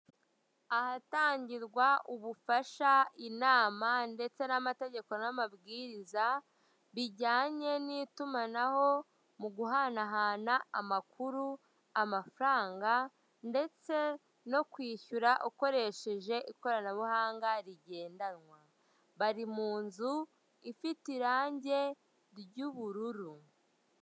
Ahatangirwa ubufasha, inama ndetse n'amategeko n'amabwiriza bijyanye n'itumanaho mu guhanahana amakuru, amafaranga ndetse no kwishyura ukoresheje ikoranabuhanga rigendanwa, bari mu nzu ifite irange ry'ubururu.